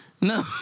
no